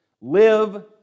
Live